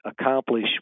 accomplish